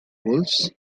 wolves